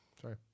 sorry